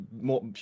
more